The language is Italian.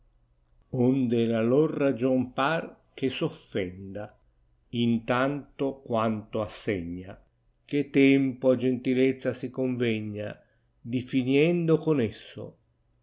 cade la lor ragion par che s offenda la tanto quanto assegna che tempo a gentilezza si condegna diffiniendo con esso